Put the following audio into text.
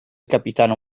capitano